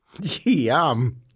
Yum